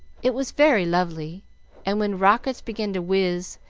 it was very lovely and when rockets began to whizz,